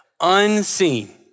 unseen